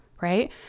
right